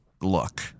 look